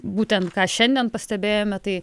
būtent ką šiandien pastebėjome tai